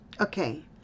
Okay